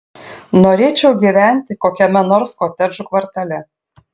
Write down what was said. norėčiau gyventi kokiame nors kotedžų kvartale